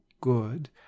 good